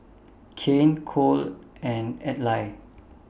Kanye Cole and Adlai